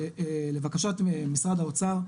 לבקשת משרד האוצר,